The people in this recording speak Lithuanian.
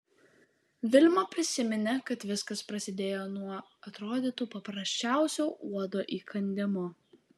vilma prisiminė kad viskas prasidėjo nuo atrodytų paprasčiausio uodo įkandimo